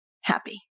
happy